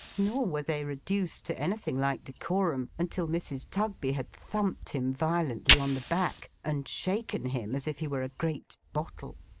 nor were they reduced to anything like decorum until mrs. tugby had thumped him violently on the back, and shaken him as if he were a great bottle.